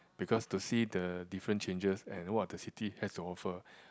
because to see the different changes and what the city has to offer